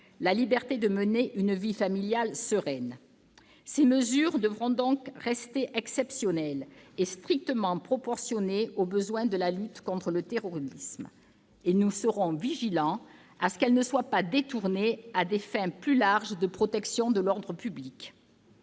la liberté de mener une vie familiale sereine. Ces mesures devront donc rester exceptionnelles et strictement proportionnées aux besoins de la lutte contre le terrorisme. Nous veillerons à ce qu'elles ne soient pas détournées à des fins plus larges de protection de l'ordre public.